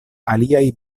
aliaj